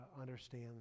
understand